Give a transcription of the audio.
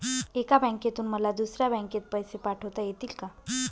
एका बँकेतून मला दुसऱ्या बँकेत पैसे पाठवता येतील का?